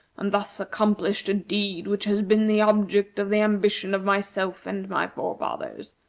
and thus accomplished a deed which has been the object of the ambition of myself and my forefathers.